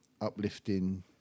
uplifting